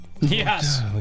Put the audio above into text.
Yes